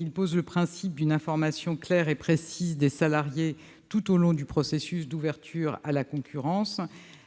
Il pose le principe d'une information claire et précise des salariés tout au long du processus d'ouverture à la concurrence